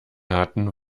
hatten